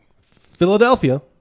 Philadelphia